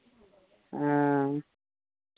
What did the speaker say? हँ